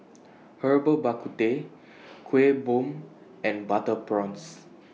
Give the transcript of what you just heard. Herbal Bak Ku Teh Kuih Bom and Butter Prawns